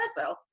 espresso